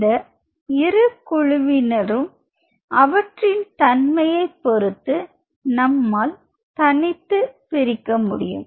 இந்த இரு குழுவிலும் அவற்றின் தன்மையை பொருத்து நம்மால் தனித்து பிடிக்க முடியும்